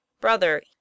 brother